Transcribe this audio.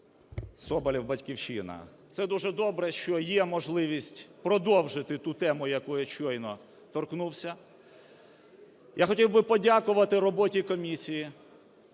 Соболєв, "Батьківщина". Це дуже добре, що є можливість продовжити ту тему, якої я щойно торкнувся. Я хотів би подякувати роботі комісії